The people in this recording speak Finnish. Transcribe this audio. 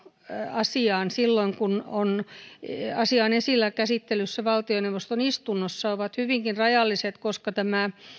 asiaan silloin kun asia on esillä käsittelyssä valtioneuvoston istunnossa ovat hyvinkin rajalliset koska tämä